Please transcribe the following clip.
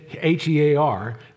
H-E-A-R